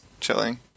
chilling